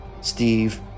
Steve